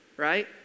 Right